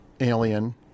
alien